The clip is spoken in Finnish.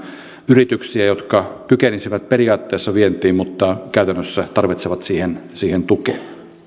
yrityksiä jotka kykenisivät periaatteessa vientiin mutta käytännössä tarvitsevat siihen tukea